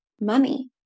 money